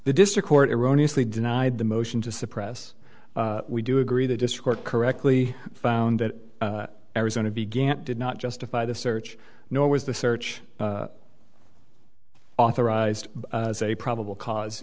the district court erroneously denied the motion to suppress we do agree the discourse correctly found that arizona began did not justify the search nor was the search authorized as a probable cause